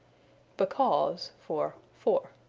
because for for.